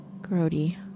Grody